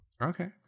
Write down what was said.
Okay